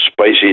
Spicy